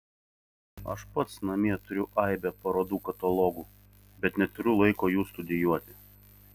aš pats namie turiu aibę parodų katalogų bet neturiu laiko jų studijuoti